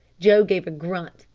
joe gave a grunt,